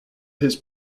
his